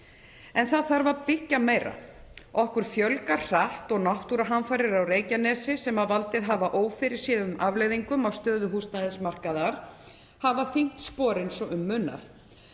En það þarf að byggja meira. Okkur fjölgar hratt og náttúruhamfarir á Reykjanesi sem valdið hafa ófyrirséðum afleiðingum á stöðu húsnæðismarkaðar hafa þyngt sporin svo um munar.